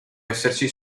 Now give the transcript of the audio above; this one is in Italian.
esserci